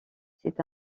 c’est